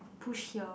push here